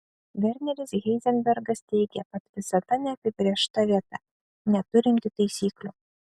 verneris heizenbergas teigė kad visata neapibrėžta vieta neturinti taisyklių